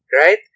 right